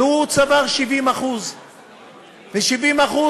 והוא צבר 70%. ו-70%